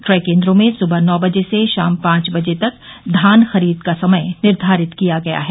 क्रय केन्द्रों में सुबह नौ बजे से शाम पांच बजे तक धान खरीद का समय निर्धारित किया गया है